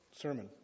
Sermon